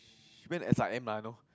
he went S_I_M ah I know